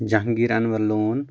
Jahangir Anwar لون